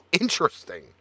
interesting